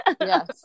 Yes